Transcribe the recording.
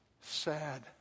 sad